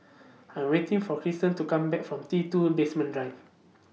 I Am waiting For Cristen to Come Back from T two Basement Drive